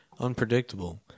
Unpredictable